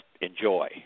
enjoy